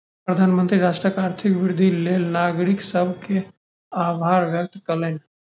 प्रधानमंत्री राष्ट्रक आर्थिक वृद्धिक लेल नागरिक सभ के आभार व्यक्त कयलैन